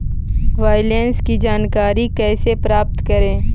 Balance की जानकारी कैसे प्राप्त करे?